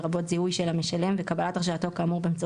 לרבות זיהוי של המשלם וקבלת הרשאתו כאמור באמצעות